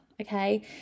Okay